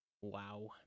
Wow